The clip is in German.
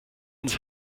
ins